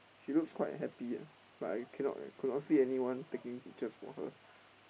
she looks quite happy ah but I cannot could not see anyone taking pictures for her